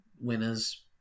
Winners